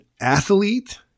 athlete